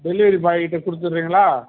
delivery பாய்ட்ட கொடுத்துர்றிங்களா